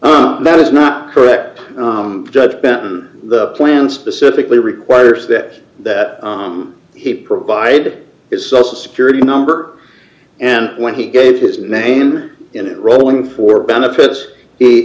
that is not correct judge benton the plan specifically requires that that on he provided his social security number and when he gave his name in it rolling for d benefits he